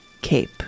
cape